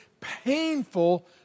painful